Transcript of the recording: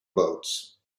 boats